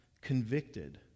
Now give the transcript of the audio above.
convicted